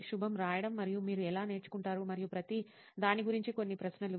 షుబామ్ రాయడం మరియు మీరు ఎలా నేర్చుకుంటారు మరియు ప్రతిదాని గురించి కొన్ని ప్రశ్నలు